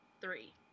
three